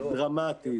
דרמטית,